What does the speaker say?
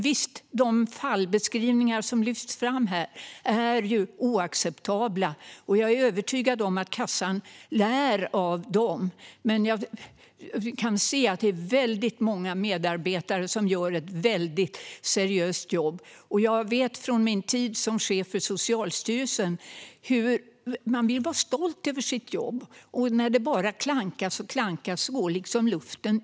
Visst är de fallbeskrivningar som har lyfts fram i den här debatten oacceptabla. Jag är övertygad om att kassan lär av dem. Men jag kan också se att väldigt många medarbetare gör ett väldigt seriöst jobb. Och jag vet från min tid som chef för Socialstyrelsen att man vill vara stolt över sitt jobb. Men när det hela tiden bara klankas går luften ur en.